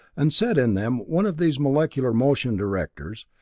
and set in them one of these molecular motion directors,